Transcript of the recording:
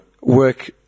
work